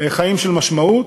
חיים של משמעות.